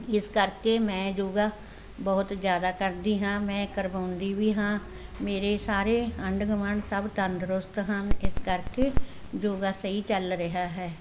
ਇਸ ਕਰਕੇ ਮੈਂ ਯੋਗਾ ਬਹੁਤ ਜ਼ਿਆਦਾ ਕਰਦੀ ਹਾਂ ਮੈਂ ਕਰਵਾਉਂਦੀ ਵੀ ਹਾਂ ਮੇਰੇ ਸਾਰੇ ਆਂਢ ਗਵਾਂਢ ਸਭ ਤੰਦਰੁਸਤ ਹਨ ਇਸ ਕਰਕੇ ਯੋਗਾ ਸਹੀ ਚੱਲ ਰਿਹਾ ਹੈ